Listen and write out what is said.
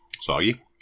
soggy